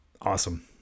Awesome